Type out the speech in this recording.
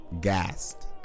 gassed